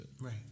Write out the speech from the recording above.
Right